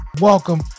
Welcome